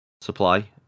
supply